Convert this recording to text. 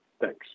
Thanks